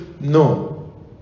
no